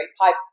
pipe